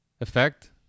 effect